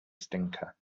stinker